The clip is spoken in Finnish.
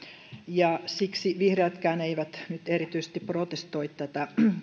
siksi vihreätkään eivät nyt erityisesti protestoi tätä